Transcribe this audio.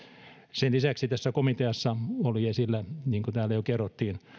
sen lisäksi tässä komiteassa oli esillä niin kuin täällä jo kerrottiin